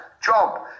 job